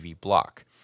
block